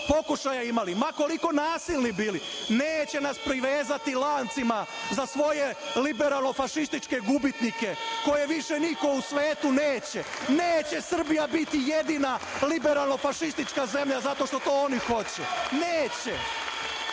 pokušaja imali, ma koliko nasilni bili. Neće nas privezati lancima za svoje liberalno-fašističke gubitnike koje više niko u svetu neće. Neće Srbija biti jedina liberalno-fašistička zemlja zato što to oni hoće!